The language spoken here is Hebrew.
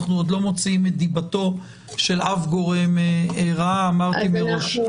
אנחנו עוד לא מוציאים את דיבתו רעה של אף גורם ואמרתי זאת מראש.